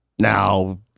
Now